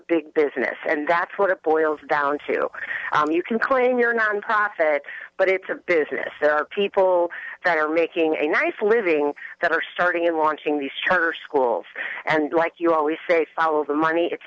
big business and that's what it boils down to you can claim your nonprofit but it's a business there are people that are making a nice living that are starting in launching these charter schools and like you always say follow the money it's